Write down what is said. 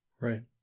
Right